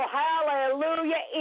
hallelujah